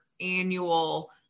annual